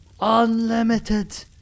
unlimited